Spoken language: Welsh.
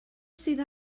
sydd